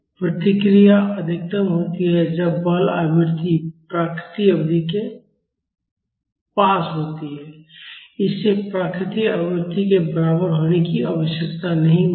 प्रतिक्रिया अधिकतम होती है जब बल आवृत्ति प्राकृतिक आवृत्ति के पास होती है इसे प्राकृतिक आवृत्ति के बराबर होने की आवश्यकता नहीं होती है